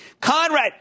Conrad